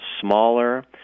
smaller